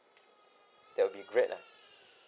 that will be great lah